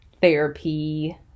therapy